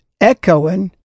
echoing